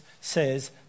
says